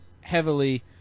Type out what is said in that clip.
heavily